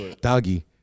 Doggy